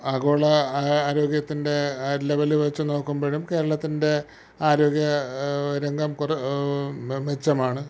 ആഗോള ആരോഗ്യത്തിൻ്റെ ലെവല് വെച്ച് നോക്കുമ്പോഴും കേരളത്തിൻ്റെ ആരോഗ്യ രംഗം കുറേ മെച്ചമാണ്